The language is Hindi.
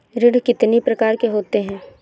ऋण कितनी प्रकार के होते हैं?